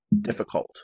difficult